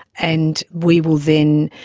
and we will then,